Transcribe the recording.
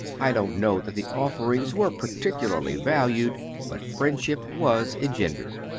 i don't know that the offerings were particularly valued but friendship was engendered.